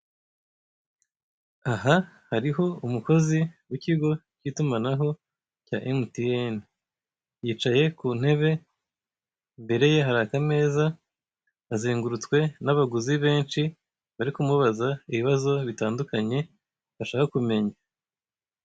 Aha hariho umukozi w'ikigo k'itumanaho cya MTN, yicaye ku ntebe imbere ye hari akameza, azengurutswe n'abaguzi benshi bari kumubaza ibibazo bitandukanye bashaka kumenya.